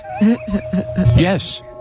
Yes